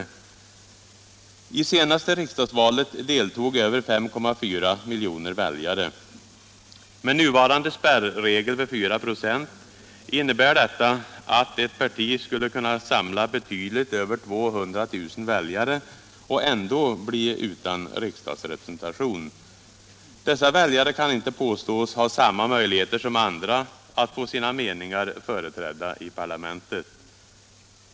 Vid det senaste riksdagsvalet deltog över 5,4 miljoner väljare. Med den nuvarande spärren vid 4 96 innebär detta att ett parti skulle kunna samla betydligt över 200 000 väljare och ändå bli utan riksdagsrepresentation. Dessa väljare kan inte påstås ha samma möjligheter som andra att få sina meningar företrädda i parlamentet.